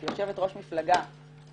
כיושבת-ראש מפלגה,